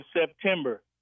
September